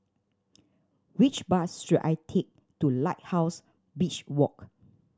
which bus should I take to Lighthouse Beach Walk